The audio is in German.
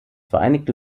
vereinigte